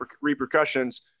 repercussions